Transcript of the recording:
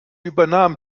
übernahm